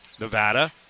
Nevada